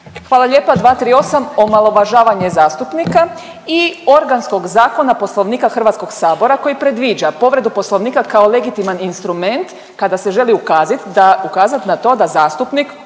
Hvala lijepa. 238, omalovažavanje zastupnika i organskog zakona Poslovnika HS-a koji predviđa povredu Poslovnika kao legitiman instrument kada se želi ukazit da, ukazat na to da zastupnik